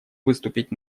выступить